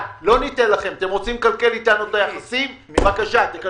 אתם רוצים לקלקל אתנו את היחסים, בבקשה.